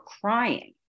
crying